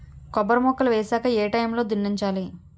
కొబ్బరి మొక్కలు వేసాక ఏ ఏ టైమ్ లో దున్నించాలి?